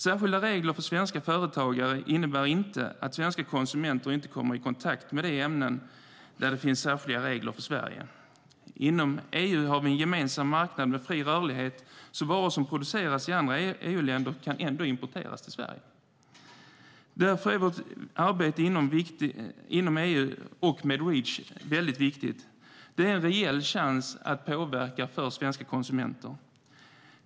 Särskilda regler för svenska företagare innebär inte att svenska konsumenter inte kommer i kontakt med de ämnen där det finns särskilda regler i Sverige. Inom EU har vi en gemensam marknad med fri rörlighet, så varor som produceras i andra EU-länder kan ändå importeras till Sverige. Därför är vårt arbete inom EU och med Reach väldigt viktigt. Det är en reell chans att påverka för svenska konsumenter.